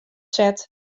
set